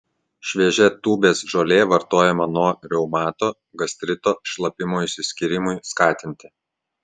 šviežia tūbės žolė vartojama nuo reumato gastrito šlapimo išsiskyrimui skatinti